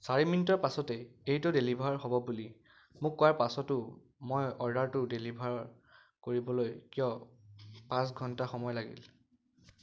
চাৰি মিনিটৰ পাছতেই এইটো ডেলিভাৰ হ'ব বুলি মোক কোৱাৰ পাছতো মই অৰ্ডাৰটো ডেলিভাৰ কৰিবলৈ কিয় পাঁচ ঘণ্টা সময় লাগিল